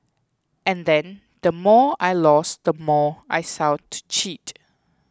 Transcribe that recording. and then the more I lost the more I sought to cheat